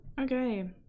Okay